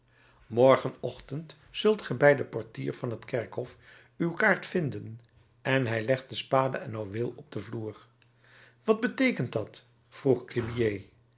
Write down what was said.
morgenochtend zult ge bij den portier van het kerkhof uw kaart vinden en hij legde spade en houweel op den vloer wat beteekent dat vroeg